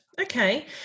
Okay